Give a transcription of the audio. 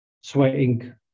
sweating